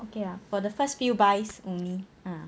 okay lah for the first few buys only ah